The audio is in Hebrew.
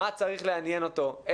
מה צריך לעניין אותו,